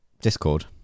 Discord